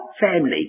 family